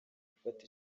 gufata